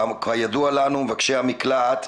כידוע לנו, מבקשי המקלט,